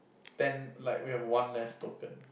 ten like we have one less token